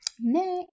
next